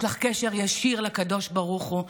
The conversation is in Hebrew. יש לך קשר ישיר לקדוש ברוך הוא.